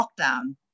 lockdown